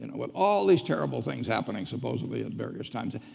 and with all these terrible things happening supposedly at various times.